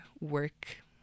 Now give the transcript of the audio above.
work